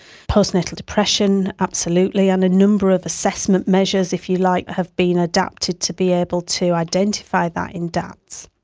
postnatal depression absolutely, and a number of assessment measures, if you like, have been adapted to be able to identify that in dads.